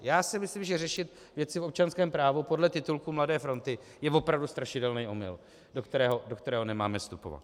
Já si myslím, že řešit věci v občanském právu podle titulků Mladé fronty je opravdu strašidelný omyl, do kterého nemáme vstupovat.